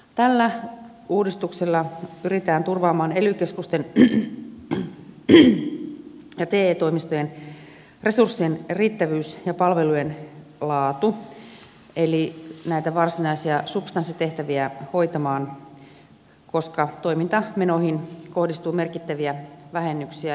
tällä uudistuksella pyritään turvaamaan ely keskusten ja te toimistojen resurssien riittävyys ja palvelujen laatu eli näiden varsinaisten subs tanssitehtävien hoito koska toimintamenoihin kohdistuu merkittäviä vähennyksiä